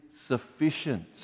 sufficient